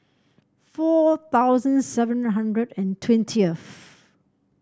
four thousand seven hundred and twentieth